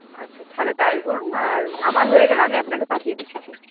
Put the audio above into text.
আচ্ছা তাহলে তাই করুন আর আমার হয়ে গেলে আমি আপনাকে পাঠিয়ে দিচ্ছি